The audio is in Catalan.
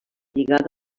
lligada